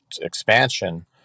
expansion